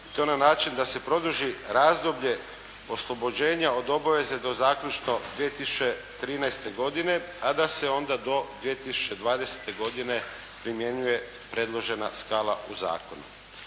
to na način da se produži razdoblje oslobođenja od obaveze do zaključno 2013. godine, a da se onda do 2020. godine primjenjuje preložena skala u zakonu.